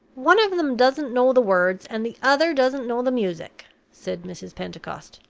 one of them doesn't know the words, and the other doesn't know the music, said mrs. pentecost.